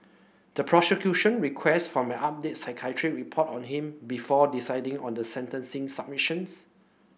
the prosecution requested for an updated psychiatric report on him before deciding on the sentencing submissions